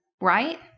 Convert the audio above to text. right